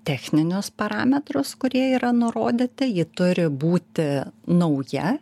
techninius parametrus kurie yra nurodyti ji turi būti nauja